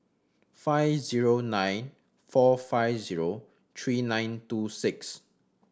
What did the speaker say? five zero nine four five zero three nine two six